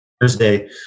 Thursday